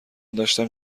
داشتم